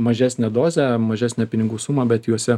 mažesnę dozę mažesnę pinigų sumą bet juose